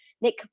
Nick